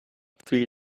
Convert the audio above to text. three